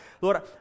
Lord